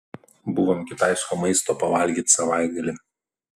buvom kitaisko maisto pavalgyt savaitgalį